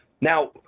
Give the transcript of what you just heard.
Now